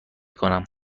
کنم